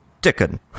Dickon